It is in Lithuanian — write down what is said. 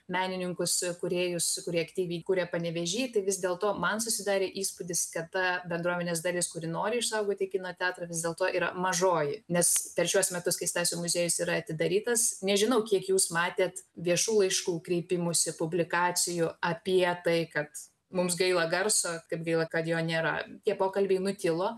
menininkus kūrėjus kurie aktyviai kuria panevėžy tai vis dėl to man susidarė įspūdis kad ta bendruomenės dalis kuri nori išsaugoti kino teatrą vis dėlto yra mažoji nes per šiuos metus kai stasio muziejus yra atidarytas nežinau kiek jūs matėt viešų laiškų kreipimųsi publikacijų apie tai kad mums gaila garso kaip gaila kad jo nėra tie pokalbiai nutilo